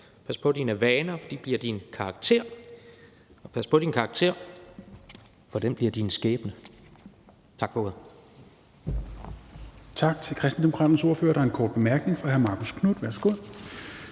Pas på dine vaner, for de bliver din karakter. Og pas på din karakter, for den bliver din skæbne. Tak for ordet.